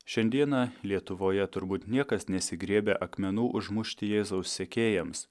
šiandieną lietuvoje turbūt niekas nesigriebia akmenų užmušti jėzaus sekėjams